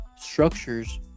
structures